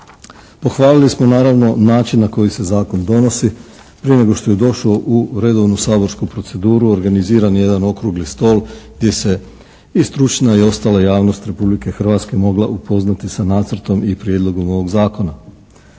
Pohvalili smo naravno način na koji se zakon donosi, prije nego što je došao u redovnu saborsku proceduru, organiziran je jedan okrugli stol gdje se i stručna i ostala javnost Republike Hrvatske mogla upoznati sa nacrtom i Prijedlogom ovog Zakona.